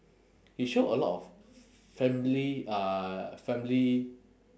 it show a lot of family uh family